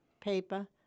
paper